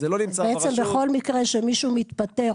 בעצם בכל מקרה שמישהו מתפטר,